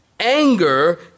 Anger